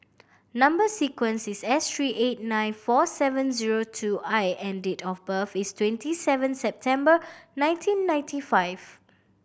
number sequence is S three eight nine four seven zero two I and date of birth is twenty seven September nineteen ninety five